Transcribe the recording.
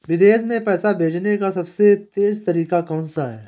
विदेश में पैसा भेजने का सबसे तेज़ तरीका कौनसा है?